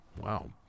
Wow